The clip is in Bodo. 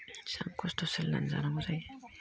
बेसेबां खस्थ' सोलिना जानांगौ जायो